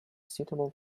suitable